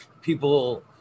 people